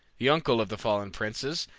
the uncle of the fallen princes,